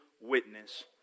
witness